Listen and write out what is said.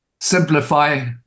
simplify